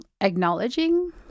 acknowledging